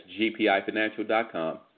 gpifinancial.com